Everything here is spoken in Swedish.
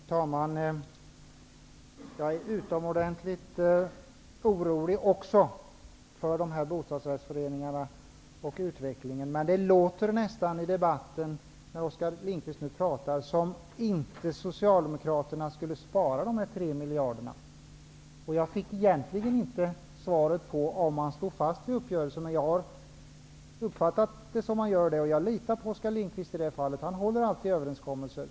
Herr talman! Jag är också utomordentligt orolig för de här bostadsrättsföreningarna och för utvecklingen. Men genom det Oskar Lindkvist säger här i debatten låter det som om Socialdemokraterna inte skulle vara beredda att spara de här 3 iljarderna. Jag fick egentligen inget svar på frågan om ni står fast vid uppgörelsen. Men jag litar i det fallet på Oskar Lindkvist, därför att han alltid håller överenskommelser.